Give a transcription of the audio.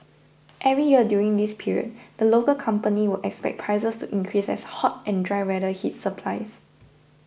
every year during this period the local company would expect prices to increase as hot and dry weather hits supplies